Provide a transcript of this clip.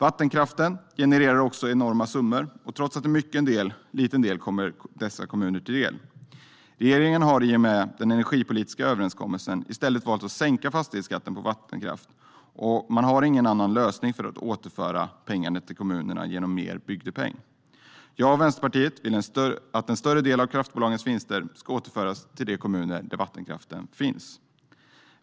Vattenkraften genererar enorma summor. Trots det kommer en mycket liten del av detta kommunerna till del. Regeringen har i och med den energipolitiska överenskommelsen i stället valt att sänka fastighetsskatten på vattenkraft, och man har ingen annan lösning för att återföra pengar till kommunerna än genom bygdepengen. Jag och Vänsterpartiet vill att en större del av kraftbolagens vinster ska återföras till de kommuner där vattenkraften finns.